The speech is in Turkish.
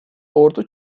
ordu